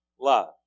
love